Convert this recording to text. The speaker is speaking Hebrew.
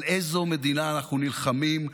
על איזו מדינה אנחנו נלחמים?